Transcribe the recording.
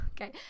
okay